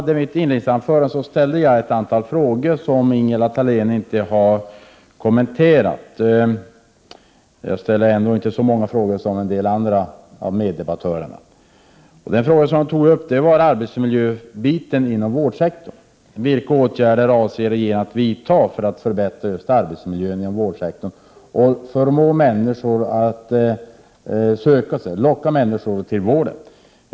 I mitt inledningsanförande ställde jag ett antal frågor som Ingela Thalén inte har kommenterat, och då ställde jag ändå inte så många frågor som en del andra meddebattörer gjorde. Jag tog upp arbetsmiljödelen inom vårdsektorn. Vilka åtgärder avser regeringen att vidta för att förbättra arbetsmiljön inom vårdsektorn och locka människor till vården?